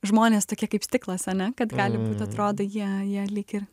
žmonės tokie kaip stiklas ane kad gali būti atrodo jie jie lyg ir